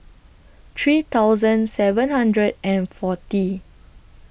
three thousand seven hundred and forty